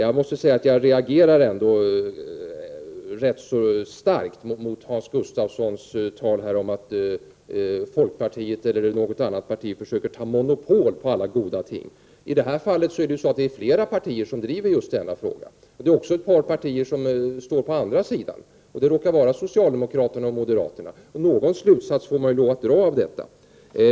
Jag reagerar starkt mot Hans Gustafssons tal om att folkpartiet eller något annat parti försöker skapa monopol på alla goda ting. I det här fallet är det flera partier som driver denna fråga. Det är också ett par partier som står på andra sidan. Det råkar vara socialdemokraterna och moderaterna. Någon slutsats får man lov att dra av detta.